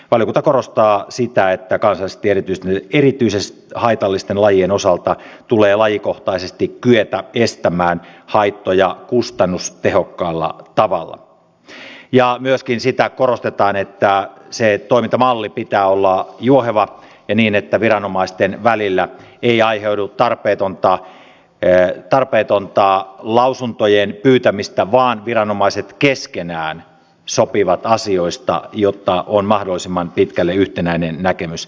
valiokunta korostaa sitä että kansallisesti erityisen haitallisten lajien osalta tulee lajikohtaisesti kyetä estämään haittoja kustannustehokkaalla tavalla ja myöskin sitä korostetaan että sen toimintamallin pitää olla juoheva ja sellainen että viranomaisten välillä ei aiheudu tarpeetonta lausuntojen pyytämistä vaan viranomaiset keskenään sopivat asioista jotta on mahdollisimman pitkälle yhtenäinen näkemys